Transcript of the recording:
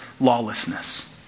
lawlessness